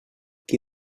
qui